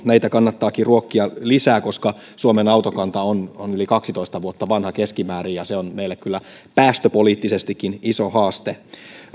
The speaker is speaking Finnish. näitä kannattaakin ruokkia lisää koska suomen autokanta on on yli kaksitoista vuotta vanha keskimäärin ja se on meille kyllä päästöpoliittisestikin iso haaste sen